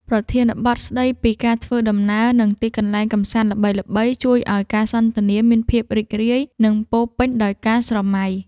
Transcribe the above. ប្រធានបទស្ដីពីការធ្វើដំណើរ និងទីកន្លែងកម្សាន្តល្បីៗ ជួយឱ្យការសន្ទនាមានភាពរីករាយ និងពោរពេញដោយការស្រមៃ។